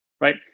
right